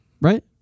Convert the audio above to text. Right